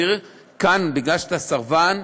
אסיר, כאן, מכיוון שאתה סרבן: